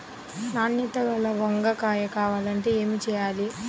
నాణ్యత గల వంగ కాయ కావాలంటే ఏమి చెయ్యాలి?